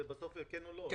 בסוף זה כן או לא.